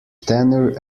tenure